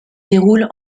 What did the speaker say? déroule